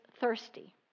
thirsty